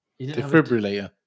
defibrillator